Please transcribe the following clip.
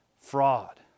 fraud